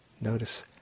Notice